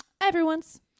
everyone's